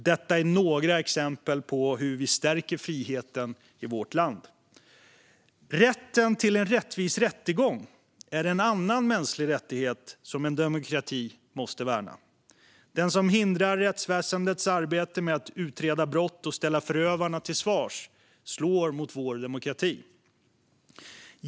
Detta var några exempel på hur vi stärker friheten i vårt land. Rätten till en rättvis rättegång är en annan mänsklig rättighet som en demokrati måste värna. Den som hindrar rättsväsendets arbete med att utreda brott och ställa förövarna till svars slår mot vår demokrati.